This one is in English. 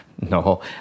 No